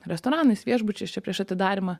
restoranais viešbučiais čia prieš atidarymą